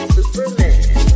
Superman